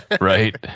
Right